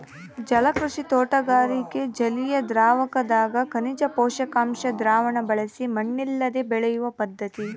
ಜಲಕೃಷಿ ತೋಟಗಾರಿಕೆ ಜಲಿಯದ್ರಾವಕದಗ ಖನಿಜ ಪೋಷಕಾಂಶ ದ್ರಾವಣ ಬಳಸಿ ಮಣ್ಣಿಲ್ಲದೆ ಬೆಳೆಯುವ ಪದ್ಧತಿ